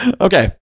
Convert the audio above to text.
Okay